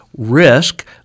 risk